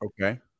okay